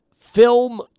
film